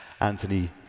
Anthony